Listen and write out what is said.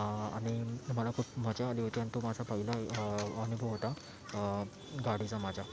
आणि मला खूप मजा आली होती आणि तो माझा पहिला अनुभव होता गाडीचा माझ्या